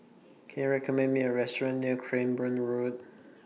Can YOU recommend Me A Restaurant near Cranborne Road